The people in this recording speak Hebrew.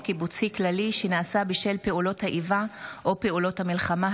קיבוצי כללי שנעשה בשל פעולות האיבה או פעולות המלחמה),